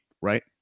right